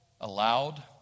allowed